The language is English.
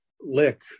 lick